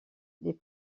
les